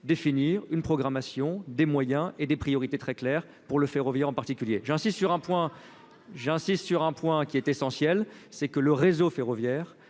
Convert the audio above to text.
définir une programmation des moyens et des priorités très claires pour le ferroviaire, en particulier, j'insiste sur un point, j'insiste sur un point qui est essentiel, c'est que le réseau ferroviaire